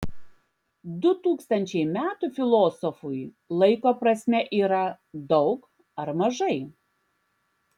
du tūkstančiai metų filosofui laiko prasme yra daug ar mažai